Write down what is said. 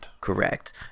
Correct